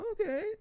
Okay